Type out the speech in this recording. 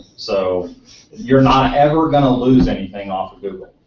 so you're not ever going to lose anything off of google.